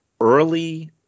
early